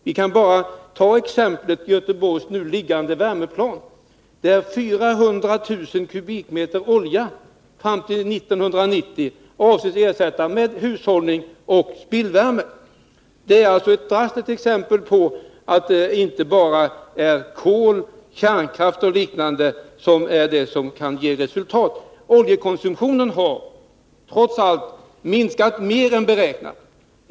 Vi kan bara ta exemplet med Göteborgs nu liggande värmeplan, där 400 000 m? olja avses bli ersatt med hushållning och spillvärme fram till 1990. Det är alltså ett drastiskt exempel på att det inte bara är kol, kärnkraft och liknande som kan ge resultat. Oljekonsumtionen har trots allt minskat mer än beräknat.